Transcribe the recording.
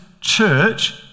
church